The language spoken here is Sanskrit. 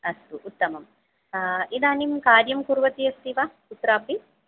अस्तु उत्तमं इदानीं कार्यं कुर्वती अस्ति वा कुत्रापि